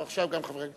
ועכשיו גם חברי הכנסת.